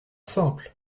simple